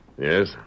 Yes